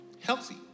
healthy